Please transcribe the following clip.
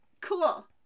cool